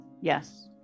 Yes